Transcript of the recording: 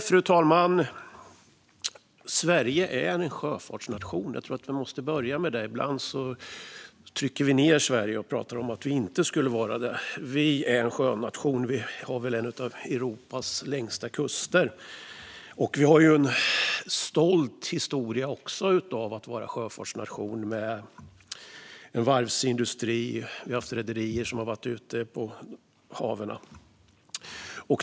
Fru talman! Sverige är en sjöfartsnation. Jag tror att vi måste börja med det. Ibland trycker vi ned Sverige och pratar om att Sverige inte skulle vara det. Sverige är en sjöfartsnation. Vi har väl en av Europas längsta kuster, och vi har en stolt historia av att vara en sjöfartsnation med en varvsindustri. Vi har haft rederier som har varit ute på haven.